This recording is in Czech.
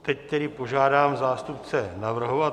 Teď tedy požádám zástupce navrhovatelů.